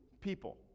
people